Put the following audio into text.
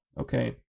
okay